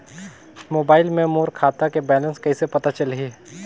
Mobile मे मोर खाता के बैलेंस कइसे पता चलही?